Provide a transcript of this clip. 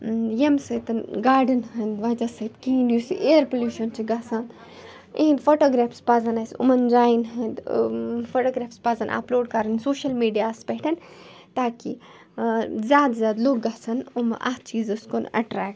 یمہِ سۭتۍ گاڑیٚن ہٕنٛدۍ وَجہ سۭتۍ کِہیٖنۍ یُس یہِ اِیَر پٔلیوٗشَن چھِ گَژھان یہنٛد فوٹوگرٛافٕز پَزَن اسہِ یِمَن جایَن ہٕنٛدۍ فوٹوگرٛافٕز پَزَن اَپلوڈ کَرٕنۍ سوشَل میڈیا ہَس پٮ۪ٹھ تاکہِ ٲں زیادٕ زیادٕ لوٗکھ گَژھَن یِم اَتھ چیٖزَس کُن اٹریکٹہٕ